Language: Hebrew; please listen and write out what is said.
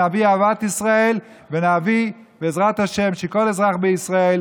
נביא אהבת ישראל ונביא בעזרת השם שכל אזרח בישראל